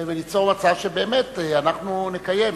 וליצור מצב שבאמת נקיים,